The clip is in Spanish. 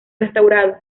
restaurado